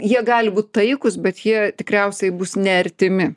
jie gali būt taikūs bet jie tikriausiai bus ne artimi